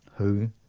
who,